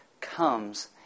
comes